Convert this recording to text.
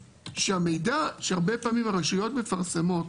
שהמידע, שהרבה פעמים הרשויות מפרסמות